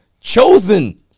Chosen